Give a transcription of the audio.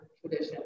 tradition